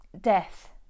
death